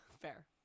Fair